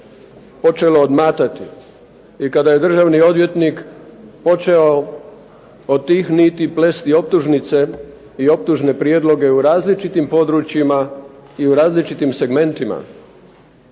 počelo odmatati i kada je državni odvjetnik počeo od tih niti plesti optužnice i optužne prijedloge u različitim područjima i u različitim segmentima.